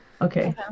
okay